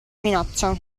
minaccia